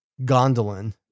Gondolin